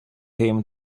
him